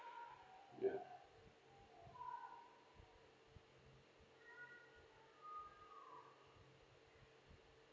ya